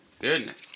Goodness